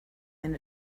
and